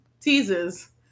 teases